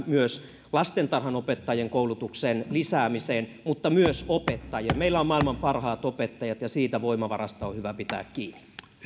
myös lastentarhanopettajien koulutuksen lisäämiseen mutta myös opettajiin meillä on maailman parhaat opettajat ja siitä voimavarasta on hyvä pitää kiinni